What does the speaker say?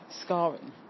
scarring